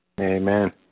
Amen